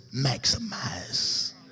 Maximize